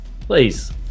please